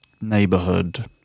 neighborhood